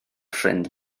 ffrind